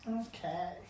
Okay